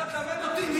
אתת תלמד אותי?